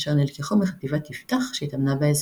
אשר נלקחו מחטיבת יפתח שהתאמנה באזור.